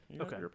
Okay